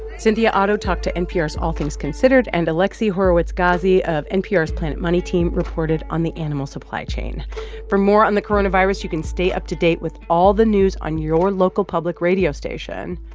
cynthia otto talked to npr's all things considered, and alexi horowitz-ghazi of npr's planet money team reported on the animal supply chain for more on the coronavirus, you can stay up to date with all the news on your local public radio station.